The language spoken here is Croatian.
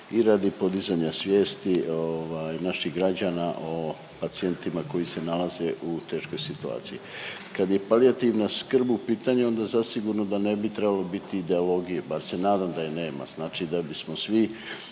i radi podizanja svijesti ovaj naših građana o pacijentima koji se nalaze u teškoj situaciji. Kad je palijativna skrb u pitanju onda zasigurno da ne bi trebalo biti ideologije, bar se nadam da je nema. Znači da bismo svi